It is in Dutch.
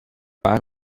paar